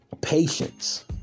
patience